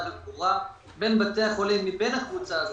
וברורה בין בתי החולים מבין הקבוצה הזאת